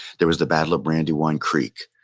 there was the battle of brandywine creek,